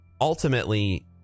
ultimately